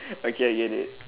okay I get it